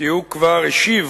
כי הוא כבר השיב